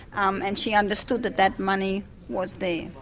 um and she understood that that money was there.